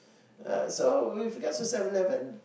ya so when you get to Seven Eleven